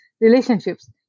relationships